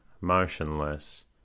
motionless